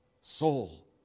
soul